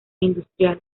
industrial